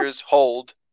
hold